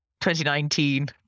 2019